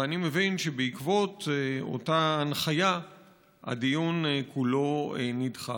ואני מבין שבעקבות אותה הנחיה הדיון כולו נדחה.